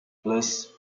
plus